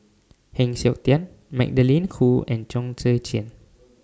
Heng Siok Tian Magdalene Khoo and Chong Tze Chien